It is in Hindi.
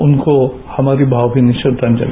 उनको हमारी भावभीनी श्रद्दांजलि